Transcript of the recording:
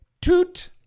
toot